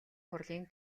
хурлын